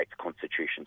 constitution